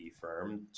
firm